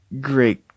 Great